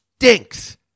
Stinks